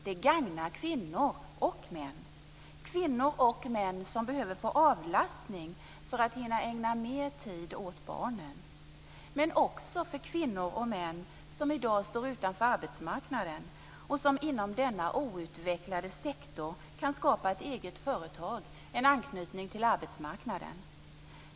Det gagnar kvinnor och män - kvinnor och män som behöver få avlastning för att hinna ägna mer tid åt barnen, men också kvinnor och män som i dag står utanför arbetsmarknaden och som inom denna outvecklade sektor kan skapa ett eget företag, en anknytning till arbetsmarknaden.